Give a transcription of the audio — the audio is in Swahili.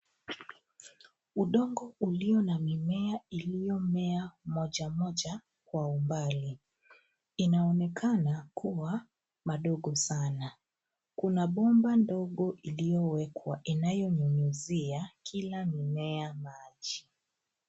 Udongo ulio na mimea ilio mea moja moja kwa umbali. Inaonekana kuwa madogo sana. Kuna bomba ndogo idiowe kwa inayo nyumuzia kila mimea maji.